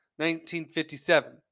1957